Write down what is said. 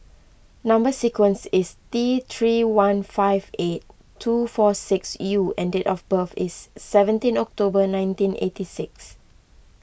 Number Sequence is T three one five eight two four six U and date of birth is seventeen October nineteen eighty six